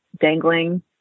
dangling